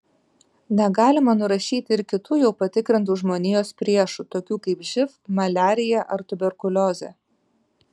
negalima nurašyti ir kitų jau patikrintų žmonijos priešų tokių kaip živ maliarija ar tuberkuliozė